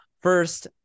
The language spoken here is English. First